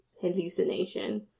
hallucination